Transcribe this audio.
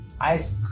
Ice